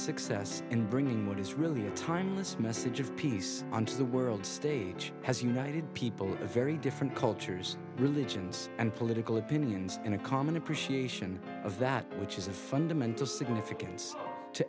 success in bringing what is really a timeless message of peace on to the world stage has united people very different cultures religions and political opinions and a common appreciation of that which is a fundamental significance to